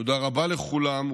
תודה רבה לכולם,